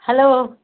hello